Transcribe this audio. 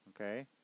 Okay